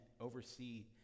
oversee